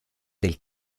del